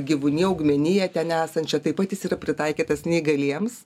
gyvūniją augmeniją ten esančią taip pat jis yra pritaikytas neįgaliems